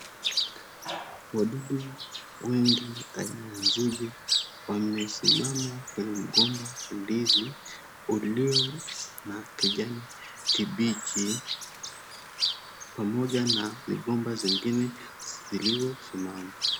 Wadudu wengi aina ya nzige wamesimama kwenye mgomba wa ndizi, ulio na kijani kibichi pamoja na migomba zingine zilizosimama.